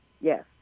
Yes